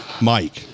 Mike